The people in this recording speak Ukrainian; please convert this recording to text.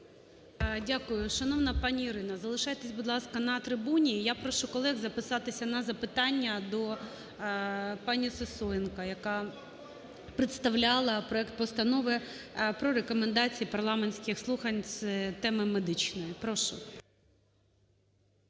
Дякую. Шановна пані Ірино, залишайтесь, будь ласка, на трибуні. Я прошу колег записатися на запитання до пані Сисоєнко, яка представляла проект Постанови про рекомендації парламентських слухань з теми медичної. Прошу.